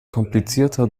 komplizierter